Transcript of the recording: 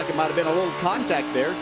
ah might have been a little contact there